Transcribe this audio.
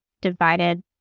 divided